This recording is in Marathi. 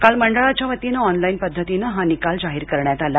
काल मंडळाच्यावतीने ऑनलाइन पद्धतीने हा निकाल जाहीर करण्यात आला